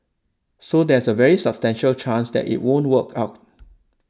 so there's a very substantial chance that it won't work out